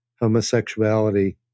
homosexuality